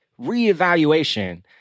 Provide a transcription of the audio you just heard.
reevaluation